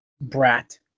brat